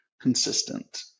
consistent